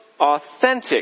authentic